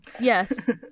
yes